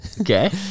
Okay